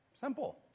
Simple